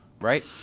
right